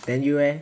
then you eh